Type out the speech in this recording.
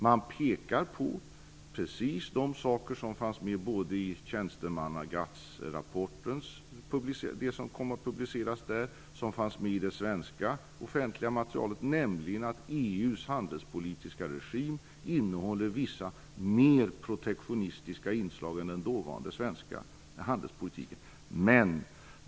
Man pekar på precis de saker som kom att publiceras genom GATT:s tjänstemannarapport och det som fanns med i det svenska offentliga materialet, nämligen att EU:s handelspolitiska regim innehåller vissa mer protektioniska inslag än den dåvarande svenska handelspolitiken.